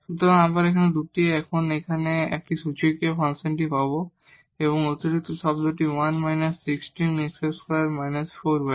সুতরাং আমরা এই 2 টি এখন এবং এখানে একই সূচকীয় ফাংশনটি পাব এবং অতিরিক্ত টার্মটি 1−16 x2−4 y2